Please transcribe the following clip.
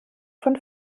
von